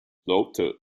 laughter